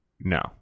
No